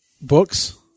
books